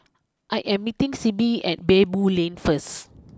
I am meeting Sibbie at Baboo Lane first